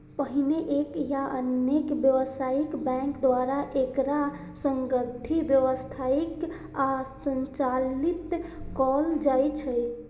पहिने एक या अनेक व्यावसायिक बैंक द्वारा एकरा संगठित, व्यवस्थित आ संचालित कैल जाइ छै